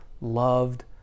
loved